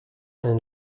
einen